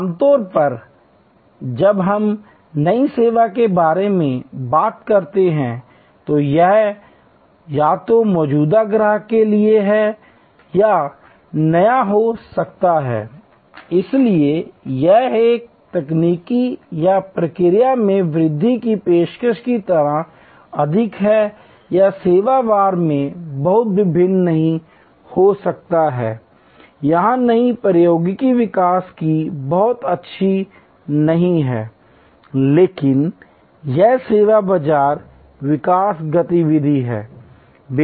आम तौर पर जब हम नई सेवा के बारे में बात करते हैं तो यह या तो मौजूदा ग्राहकों के लिए नया हो सकता है इसलिए यह एक तकनीकी या प्रक्रिया में वृद्धि की पेशकश की तरह अधिक है या यह सेवा वार बहुत भिन्न नहीं हो सकता है यहां नई प्रौद्योगिकी विकास की बहुत अधिक नहीं है लेकिन यह सेवा बाजार विकास गतिविधि है